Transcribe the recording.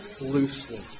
loosely